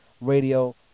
Radio